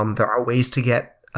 um there are ways to get